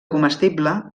comestible